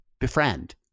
befriend